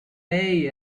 pay